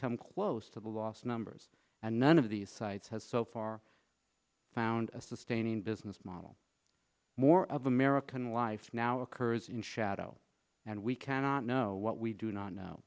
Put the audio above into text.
come close to the loss numbers and none of these sites has so far found a sustaining business model more of american life now occurs in shadow and we cannot know what we do not know